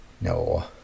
no